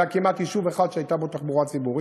לא היה כמעט יישוב אחד שהייתה בו תחבורה ציבורית.